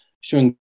showing